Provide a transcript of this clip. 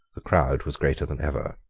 the crowd was greater than ever.